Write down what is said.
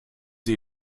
sie